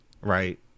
right